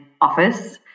office